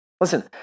Listen